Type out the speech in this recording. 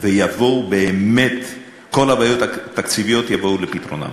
וכל הבעיות התקציביות יבואו על פתרונן.